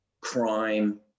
Crime